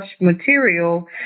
material